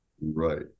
right